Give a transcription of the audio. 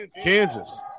Kansas